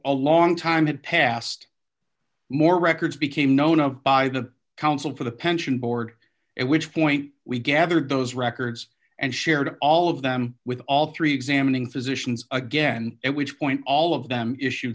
a long time had passed more records became known of by the counsel for the pension board which point we gathered those records and shared all of them with all three examining physicians again at which point all of them issue